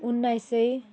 उन्नाइस सय